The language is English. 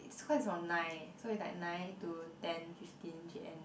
it's quite from nine so it's like nine to ten fifteen P_M the